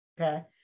okay